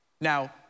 Now